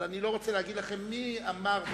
אבל אני לא רוצה להגיד לכם מי אמר.